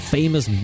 famous